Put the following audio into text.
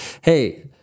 Hey